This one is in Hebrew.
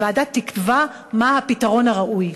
הוועדה תקבע מה הפתרון הראוי,